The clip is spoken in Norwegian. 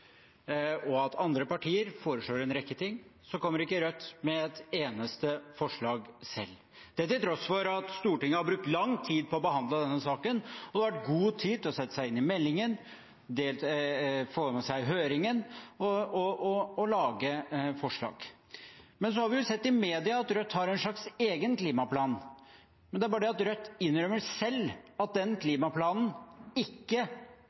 og at andre partier foreslår en rekke ting, kommer ikke Rødt med ett eneste forslag selv – det til tross for at Stortinget har brukt lang tid på å behandle denne saken, og det har vært god tid til å sette seg inn i meldingen, få med seg høringen og lage forslag. Så har vi i media sett at Rødt har en slags egen klimaplan. Men det er bare det at Rødt innrømmer selv at den klimaplanen ikke